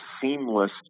seamless